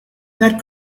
that